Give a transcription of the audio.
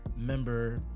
Member